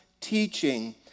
teaching